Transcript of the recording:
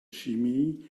chimie